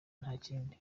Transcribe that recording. ntakindi